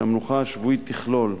שהמנוחה השבועית תכלול,